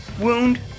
wound